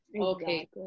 okay